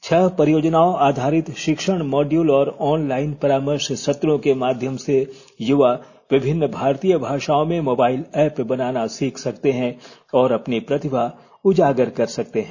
छह परियोजना आधारित शिक्षण मॉड्यूल और ऑनलाइन परामर्श सत्रों के माध्यम से यूवा विभिन्न भारतीय भाषाओं में मोबाइल ऐप बनाना सीख सकते हैं और अपनी प्रतिभा उजागर कर सकते हैं